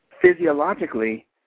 Physiologically